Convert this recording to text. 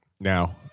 Now